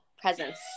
presents